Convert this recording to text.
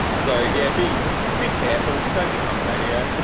and so yeah, be be careful. don't become radio.